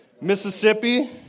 Mississippi